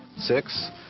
six,